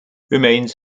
remains